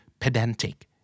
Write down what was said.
Pedantic